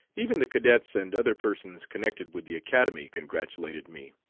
even the cadets and other persons connected with the academy congratulated me.